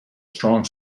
strong